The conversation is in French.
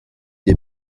des